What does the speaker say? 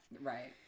Right